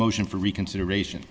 motion for reconsideration